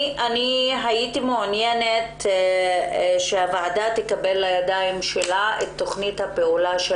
הייתי מעוניינת שהוועדה תקבל לידיה את תוכנית הפעולה של